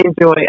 enjoy